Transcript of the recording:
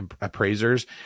appraisers